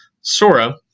Sora